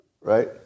Right